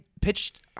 pitched